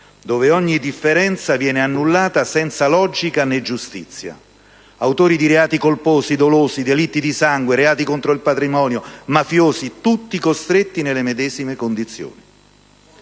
dove ogni differenza viene annullata senza logica né giustizia: autori di reati dolosi, colposi, delitti di sangue, reati contro il patrimonio, mafiosi, tutti costretti nelle medesime condizioni.